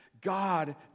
God